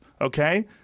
okay